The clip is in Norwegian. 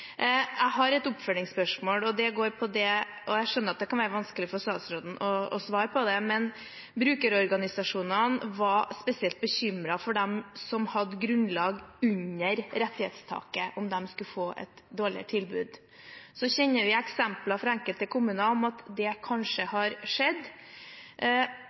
og jeg skjønner at det kan være vanskelig for statsråden å svare på det: Brukerorganisasjonene var spesielt bekymret for om de som hadde grunnlag under rettighetstaket, skulle få et dårligere tilbud. Vi kjenner eksempler fra enkelte kommuner med at det kanskje har skjedd.